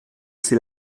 c’est